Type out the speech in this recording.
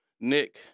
Nick